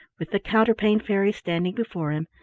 with the counterpane fairy standing before him,